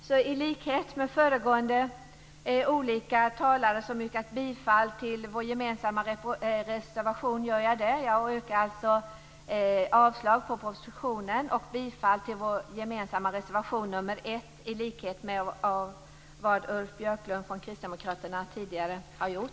I likhet med Ulf Björklund från Kristdemokraterna och olika föregående talare yrkar jag avslag på propositionen och bifall till vår gemensamma reservation nr 1.